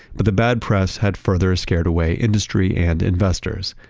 but the bad press had further scared away industry and investors.